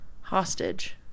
hostage